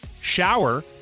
shower